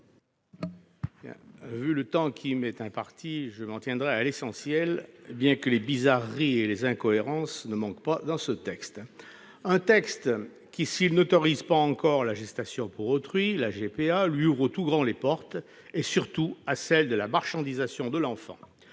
Vu le temps qui m'est imparti, je m'en tiendrai à l'essentiel, bien que les « bizarreries » et les incohérences ne manquent pas dans ce texte. S'il n'autorise pas encore la gestation pour autrui, ce projet de loi lui ouvre tout grand les portes, ainsi que, surtout, à la marchandisation de l'enfant.